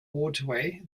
waterway